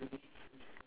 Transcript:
okay